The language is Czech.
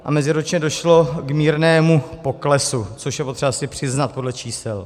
A meziročně došlo k mírnému poklesu, což je potřeba si přiznat podle čísel.